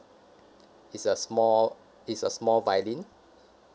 it's a small it's a small violin